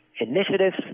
initiatives